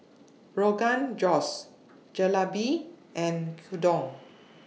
Rogan Josh Jalebi and Gyudon